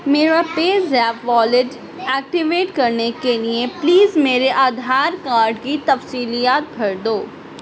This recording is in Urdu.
میرا پے زیپ والیٹ ایکٹیویٹ کرنے کے لیے پلیز میرے آدھار کارڈ کی تفصیلیات بھر دو